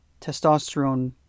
testosterone